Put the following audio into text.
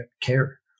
care